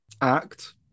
act